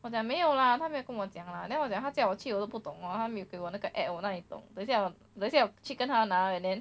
我讲没有 lah 他没有跟我讲 lah then 我讲他叫我去我都不懂他没有给我 app 我哪里懂等一下我等一下去跟他了 then